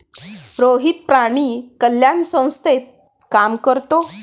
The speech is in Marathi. रोहित प्राणी कल्याण संस्थेत काम करतो